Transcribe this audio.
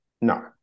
no